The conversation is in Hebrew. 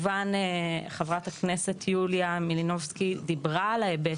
חברת הכנסת יוליה מלינובסקי דיברה על ההיבט